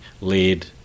lead